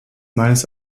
meines